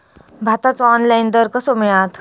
भाताचो ऑनलाइन दर कसो मिळात?